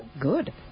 Good